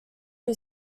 two